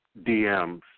DMs